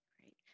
Great